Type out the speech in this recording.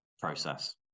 process